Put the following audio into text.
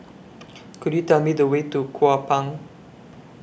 Could YOU Tell Me The Way to Kupang